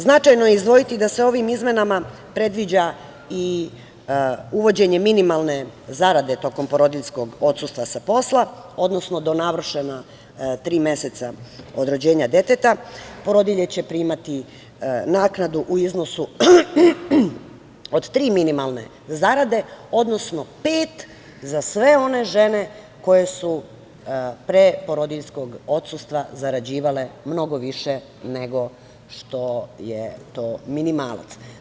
Značajno je izdvojiti da se ovim izmenama predviđa i uvođenje minimalne zarade tokom porodiljskog odsustva sa posla, odnosno do navršena tri meseca od rođenja deteta, porodilje će primati naknadu u iznosu od tri minimalne zarade, odnosno pet za sve one žele koje su pre porodiljskog odsustva zarađivale mnogo više, nego što je to minimalac.